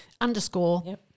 underscore